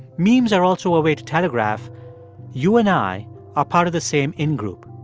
memes are also a way to telegraph you and i are part of the same in-group.